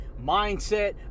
mindset